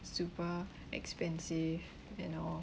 super expensive you know